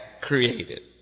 created